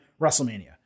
WrestleMania